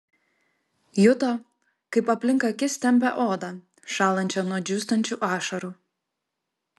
juto kaip aplink akis tempia odą šąlančią nuo džiūstančių ašarų